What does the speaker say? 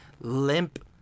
limp